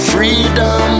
Freedom